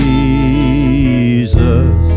Jesus